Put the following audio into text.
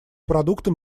продуктом